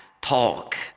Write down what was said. talk